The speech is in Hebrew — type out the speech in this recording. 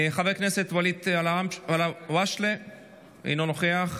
חבר הכנסת ואליד אלהואשלה אינו נוכח,